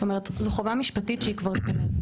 זאת אומרת, זו חובה משפטית שהיא כבר קיימת.